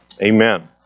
Amen